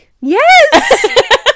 yes